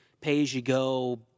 pay-as-you-go